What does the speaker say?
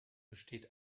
besteht